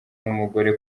n’umugore